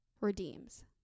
redeems